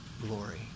glory